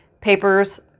papers